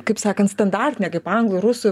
kaip sakant standartinė kaip anglų rusų